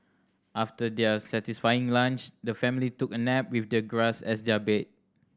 after their satisfying lunch the family took a nap with the grass as their bed